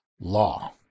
law